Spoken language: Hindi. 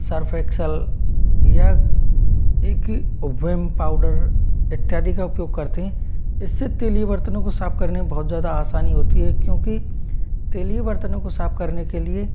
सर्फ़ एक्सेल या एक ओवियम पाउडर इत्यादि का उपयोग करते हैं इससे तैलीय बर्तनों को साफ़ करने में बहुत ज़्यादा आसानी होती है क्योंकि तैलीय बर्तनों को साफ़ करने के लिए